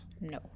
no